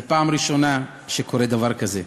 זו פעם ראשונה שקורה דבר כזה.